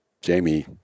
jamie